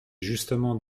justement